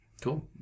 Cool